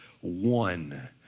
one